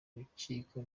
rukiko